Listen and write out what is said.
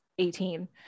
18